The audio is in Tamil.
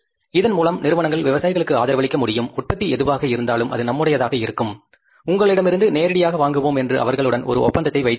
இதன் மூலம் நிறுவனங்கள் விவசாயிகளுக்கு ஆதரவளிக்க முடியும் உற்பத்தி எதுவாக இருந்தாலும் அது நம்முடையதாக இருக்கும் உங்களிடமிருந்து நேரடியாக வாங்குவோம் என்று அவர்களுடன் ஒரு ஒப்பந்தத்தை வைத்திருக்கலாம்